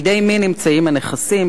בידי מי נמצאים הנכסים?